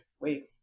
wait